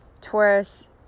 Taurus